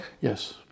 Yes